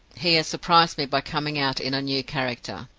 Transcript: he has surprised me by coming out in a new character.